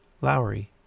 Lowry